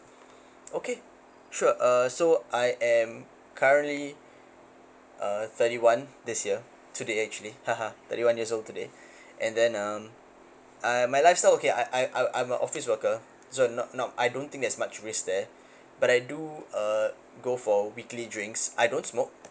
okay sure uh so I am currently uh thirty one this year today actually thirty one years old today and then um uh my lifestyle okay I I I'm I'm a office worker so not not I don't think there's much risk there but I do uh go for weekly drinks I don't smoke